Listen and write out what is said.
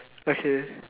okay